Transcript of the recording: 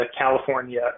California